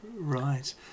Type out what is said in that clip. Right